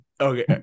okay